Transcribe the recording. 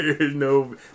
No